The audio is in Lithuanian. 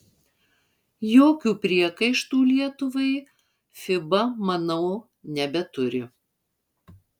jokių priekaištų lietuvai fiba manau nebeturi